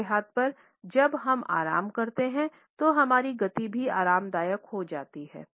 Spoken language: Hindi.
दूसरे हाथ पर जब हम आराम करते हैं तो हमारी गति भी आरामदायक हो जाती है